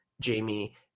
Jamie